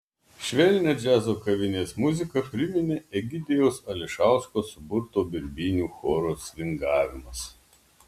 švelnią džiazo kavinės muziką priminė egidijaus ališausko suburto birbynių choro svingavimas